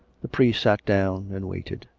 the priest sat down and waited.